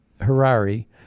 Harari